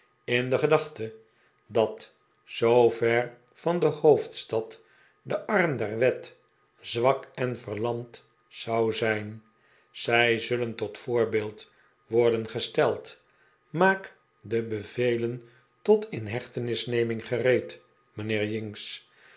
in de gedachte dat zoo ver van de hoofdstad de arm der wet zwak en verlamd zou zijn zij zullen tot voorbeeld worden gesteld maak de bevelen tot inheehtenisneming gereed mijnheer